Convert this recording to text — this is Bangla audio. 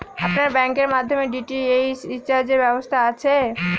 আপনার ব্যাংকের মাধ্যমে ডি.টি.এইচ রিচার্জের ব্যবস্থা আছে?